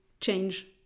change